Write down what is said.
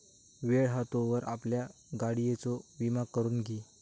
वेळ हा तोवर आपल्या गाडियेचो विमा करून घी